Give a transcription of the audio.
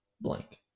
blank